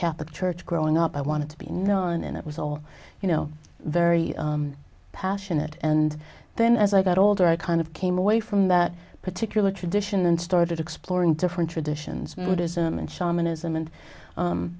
catholic church growing up i wanted to be known and it was all you know very passionate and then as i got older i kind of came away from that particular tradition and started exploring different traditions buddhism and